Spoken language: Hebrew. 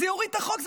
זה יוריד את החוק.